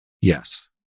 Yes